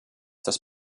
das